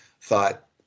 thought